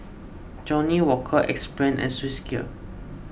Johnnie Walker Axe Brand and Swissgear